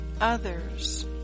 others